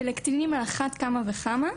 ולקטינים על אחת כמה וכמה.